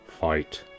fight